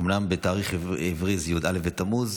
אומנם בתאריך העברי זה י"א בתמוז,